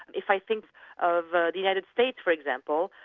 if i think of the united states for example,